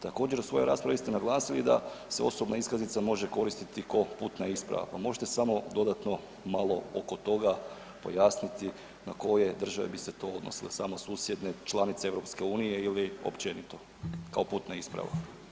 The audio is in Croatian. Također u svojoj raspravi ste naglasili da se osobna iskaznica može koristiti ko putna isprava, pa možete samo dodatno malo oko toga pojasniti na koje države bi se to odnosilo, samo susjedne, članice EU ili općenito kao putna isprava?